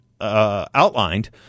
outlined—